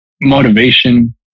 motivation